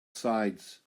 sides